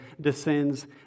descends